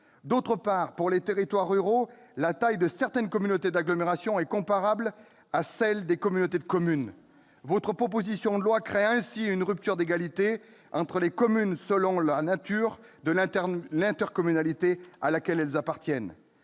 D'autre part, pour les territoires ruraux, la taille de certaines communautés d'agglomération est comparable à celle des communautés de communes. Votre proposition de loi crée ainsi une rupture d'égalité entre les communes selon la nature de l'intercommunalité à laquelle elles appartiennent.